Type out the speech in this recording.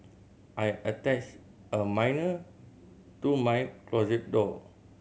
I attached a manner to my closet door